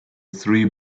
three